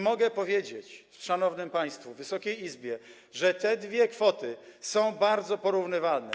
Mogę powiedzieć szanownym państwu, Wysokiej Izbie, że te dwie kwoty są bardzo porównywalne: